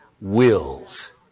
wills